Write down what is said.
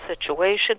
situation